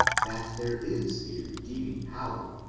that there is a redeeming power,